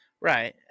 Right